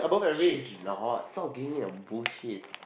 she's not stop giving me that bullshit